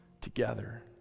together